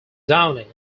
downy